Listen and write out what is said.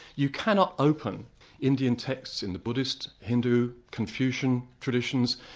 you cannot open indian texts in the buddhist, hindu, confucian traditions,